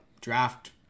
draft